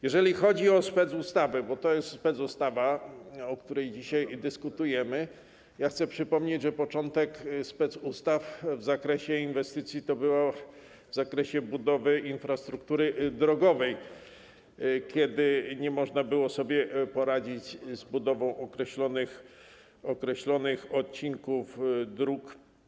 Jeżeli chodzi o specustawę - bo to jest specustawa - o której dzisiaj dyskutujemy, chcę przypomnieć, że początek specustaw w zakresie inwestycji odnosił się do budowy infrastruktury drogowej, kiedy nie można było sobie poradzić z budową określonych odcinków dróg.